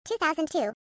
2002